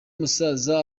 musaza